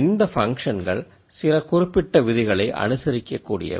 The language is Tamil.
இந்த பங்க்ஷன்கள் சில குறிப்பிட்ட விதிகளை அனுசரிக்க கூடியவை